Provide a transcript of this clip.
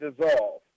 dissolve